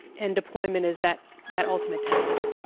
and deployment is that that ultimate test.